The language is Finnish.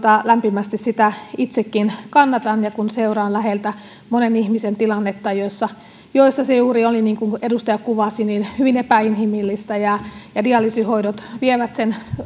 lämpimästi sitä itsekin kannatan ja seuraan läheltä monen ihmisen tilannetta jossa se on ollut juuri niin kuin edustaja kuvasi hyvin epäinhimillistä dialyysihoidot vievät